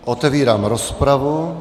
Otevírám rozpravu.